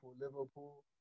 Liverpool